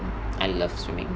I love swimming